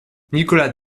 nicolas